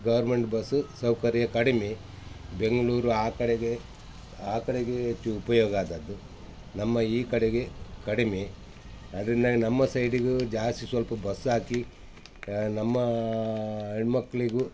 government bus ಸೌಕರ್ಯ ಕಡಿಮೆ ಬೆಂಗಳೂರು ಆ ಕಡೆಗೆ ಆ ಕಡೆಗೆ ಹೆಚ್ಚು ಉಪಯೋಗ ಆದದ್ದು ನಮ್ಮ ಈ ಕಡೆಗೆ ಕಡಿಮೆ ಅದರಿಂದ ನಮ್ಮ ಸೈಡಿಗೂ ಜಾಸ್ತಿ ಸ್ವಲ್ಪ ಬಸ್ ಹಾಕಿ ಹಾಂ ನಮ್ಮ ಹೆಣ್ಮಕ್ಳಿಗೂ